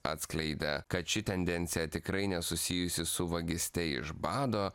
atskleidė kad ši tendencija tikrai nesusijusi su vagyste iš bado